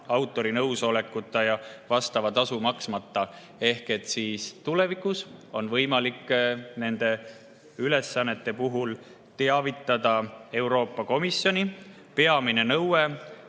autori nõusolekuta ja vastavat tasu maksmata. Tulevikus on võimalik nende ülesannete puhul teavitada Euroopa Komisjoni. Peamiselt,